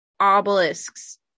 obelisks